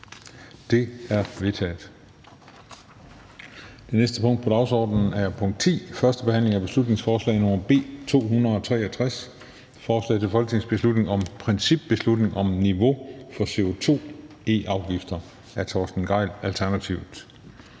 Det er vedtaget. --- Det næste punkt på dagsordenen er: 10) 1. behandling af beslutningsforslag nr. B 263: Forslag til folketingsbeslutning om principbeslutning om niveau for CO2-e-afgift. Af Torsten Gejl (ALT).